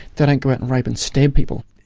they don't go out and rape and stab people.